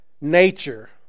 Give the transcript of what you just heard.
nature